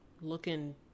Looking